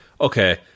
okay